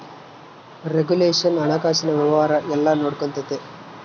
regulation ಹಣಕಾಸಿನ ವ್ಯವಹಾರ ಎಲ್ಲ ನೊಡ್ಕೆಂತತೆ